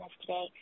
today